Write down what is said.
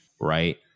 Right